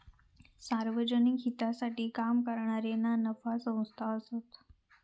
सार्वजनिक हितासाठी काम करणारे ना नफा संस्था असतत